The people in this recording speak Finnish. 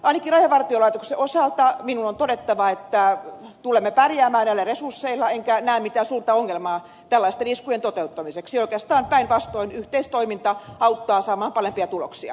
ainakin rajavartiolaitoksen osalta minun on todettava että tulemme pärjäämään näillä resursseilla enkä näe mitään suurta ongelmaa tällaisten iskujen toteuttamisessa oikeastaan päinvastoin yhteistoiminta auttaa saamaan parempia tuloksia